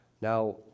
Now